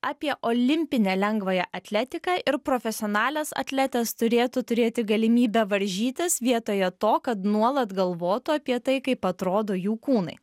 apie olimpinę lengvąją atletiką ir profesionalios atletės turėtų turėti galimybę varžytis vietoje to kad nuolat galvotų apie tai kaip atrodo jų kūnai